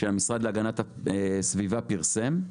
שהמשרד להגנת הסביבה פרסם.